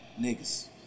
niggas